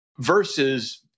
versus